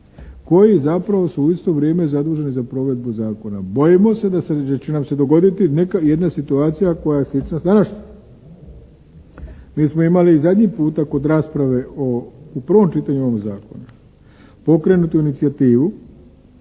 koji zapravo su u isto vrijeme zaduženi za provedbu zakona. Bojimo se da će nam se dogoditi jedna situacija koja je slična današnjoj. Mi smo imali i zadnji puta kod rasprave u prvom čitanju ovog zakona pokrenutu inicijativu